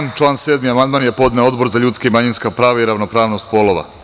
Na član 7. amandman je podneo Odbor za ljudska i manjinska prava i ravnopravnost polova.